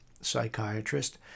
psychiatrist